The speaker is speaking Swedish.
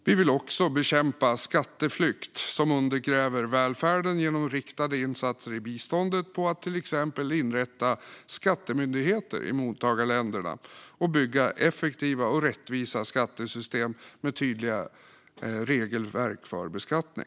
Vi vill också bekämpa skatteflykt, som undergräver välfärden, genom riktade insatser i biståndet på att till exempel inrätta skattemyndigheter i mottagarländerna samt bygga effektiva och rättvisa skattesystem med tydliga regelverk för beskattning.